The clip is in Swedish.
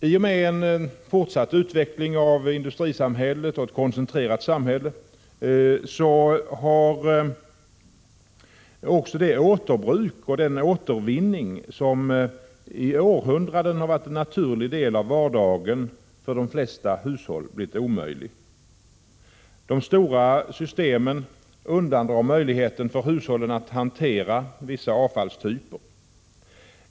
I och med en fortsatt utveckling av industrisamhället och ett koncentrerat samhälle har också det återbruk och den återvinning som i århundraden har varit en naturlig del av vardagen för de flesta hushåll blivit omöjliga. De stora systemen undandrar hushållen möjligheten att hantera vissa avfallstyper.